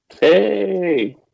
Hey